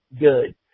good